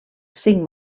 cinc